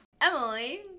Emily